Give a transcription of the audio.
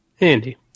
Andy